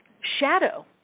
shadow